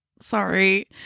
Sorry